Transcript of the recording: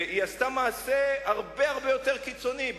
והיא עשתה מעשה הרבה הרבה יותר קיצוני.